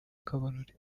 kabarore